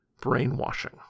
brainwashing